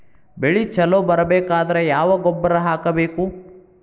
ಬೆಳಿ ಛಲೋ ಬರಬೇಕಾದರ ಯಾವ ಗೊಬ್ಬರ ಹಾಕಬೇಕು?